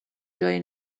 جای